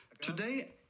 today